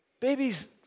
babies